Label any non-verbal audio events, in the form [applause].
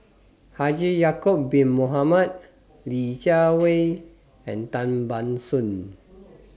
[noise] Haji Ya'Acob Bin Mohamed Li Jiawei and Tan Ban Soon